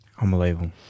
Unbelievable